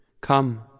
Come